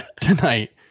tonight